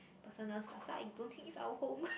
personal stuffs so I don't think it's our home